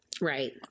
Right